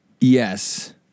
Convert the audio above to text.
Yes